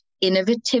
innovative